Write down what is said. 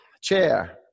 Chair